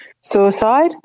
suicide